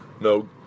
No